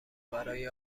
برای